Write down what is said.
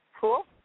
cool